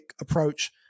approach